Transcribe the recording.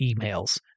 emails